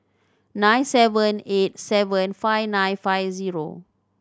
nine seven eight seven five nine five zero